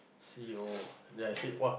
see oh then I said !wah!